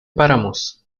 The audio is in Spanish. páramos